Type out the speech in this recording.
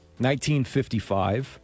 1955